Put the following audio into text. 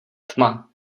tma